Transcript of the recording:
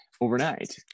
overnight